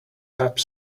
have